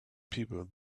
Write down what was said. people